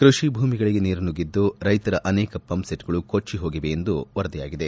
ಕೃಷಿ ಭೂಮಿಗಳಿಗೆ ನೀರು ನುಗ್ಗಿದ್ದು ರೈತರ ಅನೇಕ ಪಂಪ್ಸೆಟ್ಗಳು ಕೊಚ್ಚಿ ಹೋಗಿವೆ ಎಂದು ವರದಿಯಾಗಿದೆ